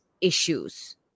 issues